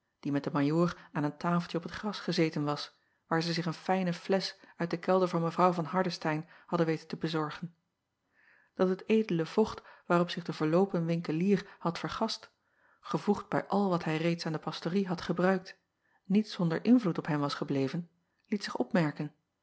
die met den ajoor aan een tafeltje op t gras gezeten was waar zij zich een fijne flesch uit de kelder van w van ardestein hadden weten te bezorgen at het edele vocht waarop zich de verloopen winkelier had vergast gevoegd bij al wat hij reeds aan de pastorie had gebruikt niet zonder invloed op hem was gebleven liet zich opmerken